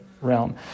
realm